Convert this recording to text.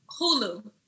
Hulu